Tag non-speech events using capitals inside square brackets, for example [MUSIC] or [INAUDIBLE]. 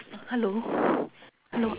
oh hello [NOISE] hello